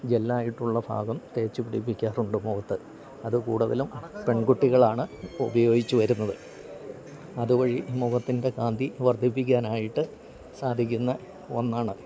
ജെല്ലായിട്ടുള്ള ഭാഗം തേച്ചുപിടിപ്പിക്കാറുണ്ട് മുഖത്ത് അത് കൂടുതലും പെൺകുട്ടികളാണ് ഉപയോഗിച്ചുവരുന്നത് അതുവഴി മുഖത്തിൻ്റെ കാന്തി വർദ്ധിപ്പിക്കാനായിട്ട് സാധിക്കുന്ന ഒന്നാണ്